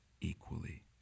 equally